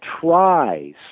tries